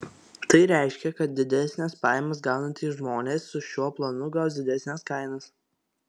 tai reiškia kad didesnes pajamas gaunantys žmonės su šiuo planu gaus didesnes kainas